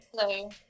Hello